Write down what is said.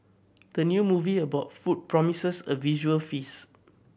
the new movie about food promises a visual feast